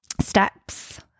steps –